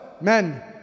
men